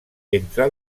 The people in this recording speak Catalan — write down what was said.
entre